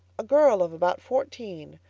a girl of about fourteen,